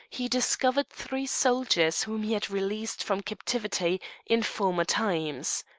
he discovered three soldiers whom he had released from captivity in former times.